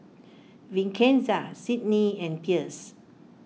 Vincenza Sydnie and Pierce